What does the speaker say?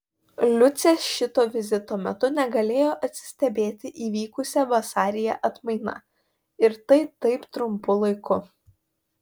liucė šito vizito metu negalėjo atsistebėti įvykusia vasaryje atmaina ir tai taip trumpu laiku